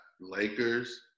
Lakers